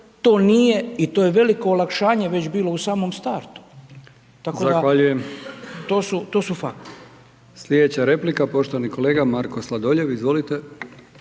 to nije i to je veliko olakšanje već bilo u samom startu. Tako da …/Upadica: